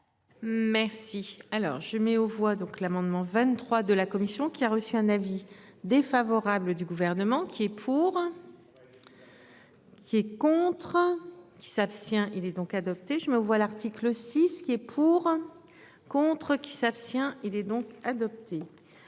Merci. Alors je mets aux voix donc l'amendement 23 de la commission qui a reçu un avis défavorable du gouvernement. Qui est pour. Ces contrats qui s'abstient. Il est donc adopté, je me vois l'article 6 qui est pour. Contre qui s'abstient. Il est donc adopté.